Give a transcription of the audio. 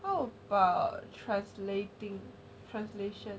oh err translating translation